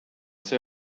see